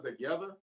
together